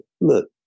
Look